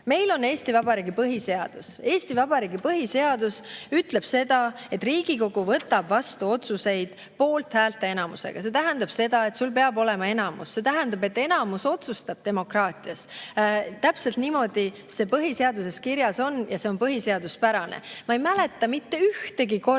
Meil on Eesti Vabariigi põhiseadus. Eesti Vabariigi põhiseadus ütleb seda, et Riigikogu võtab otsuseid vastu poolthäälte enamusega. See tähendab seda, et sul peab olema enamus. See tähendab, et enamus otsustab demokraatias. Täpselt niimoodi see põhiseaduses kirjas on ja see on põhiseaduspärane. Ma ei mäleta mitte ühtegi korda,